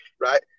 right